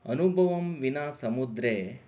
अनुभवं विना समुद्रे